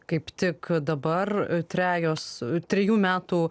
kaip tik dabar trejos trejų metų